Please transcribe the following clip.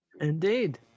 Indeed